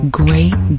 great